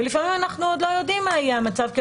ולפעמים אנחנו גם לא יודעים מה יהיה המצב.